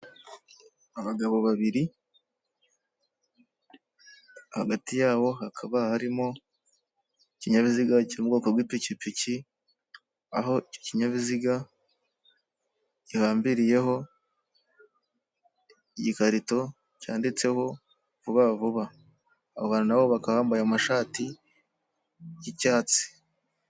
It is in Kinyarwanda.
Abagabo babiri hagati yabo hakaba harimo ikinyabiziga cyo m'ubwoko bw'ipikipiki, aho icyo kinyabiziga gihambiriyeho igikarito cyanditseho vuba vuba. Abo bantu nabo bakaba bambaye amashati y'icyatsi